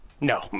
No